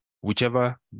whichever